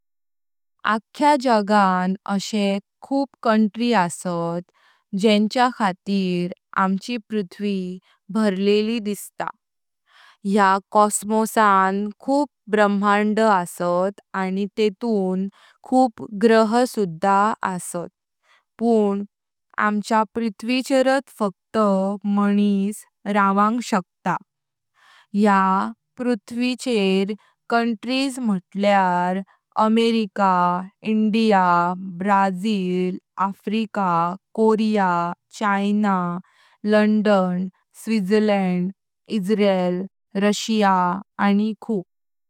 अक्या जगांत आशे खूप कांट्री आस्था जेंच्या खातिर आमची पृथ्वी भरलेली दिसता। या कॉस्मोसांत खूप ब्रह्मांड आस्था आनी तेंतून खूप ग्रह सुधा आस्था पण आमच्या पृथ्वीचेरात फकत माणिस रावंग शकता। या पृथ्वीचेर कांट्रीजांत मुतल्यार America, India, Brazil, Africa, Korea, China, London, Switzerland, Israel, Russia आनी खूप।